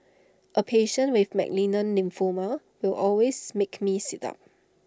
A patient with malignant lymphoma will always makes me sit up